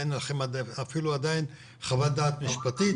אין לכם אפילו עדיין חוות דעת משפטית,